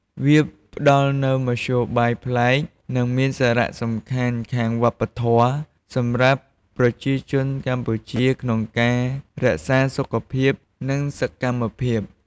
វាផ្តល់នូវមធ្យោបាយ ប្លែក និងមាន សារៈសំខាន់ខាងវប្បធម៌ សម្រាប់ប្រជាជនកម្ពុជាក្នុងការរក្សាសុខភាព និងសកម្មភាព។